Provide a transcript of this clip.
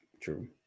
True